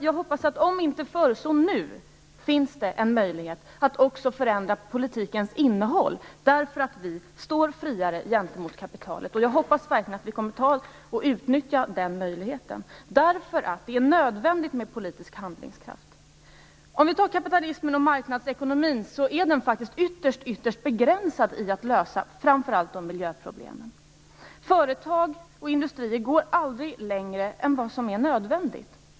Men nu om inte förr finns det en möjlighet att också förändra politikens innehåll, därför att vi står friare gentemot kapitalet. Jag hoppas verkligen att vi kommer att utnyttja den möjligheten. Det är nödvändigt med politisk handlingskraft. Kapitalismen och marknadsekonomin har ytterst begränsad förmåga att lösa framför allt miljöproblemen. Företag och industrier går aldrig längre än vad som är nödvändigt.